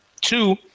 two